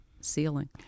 ceiling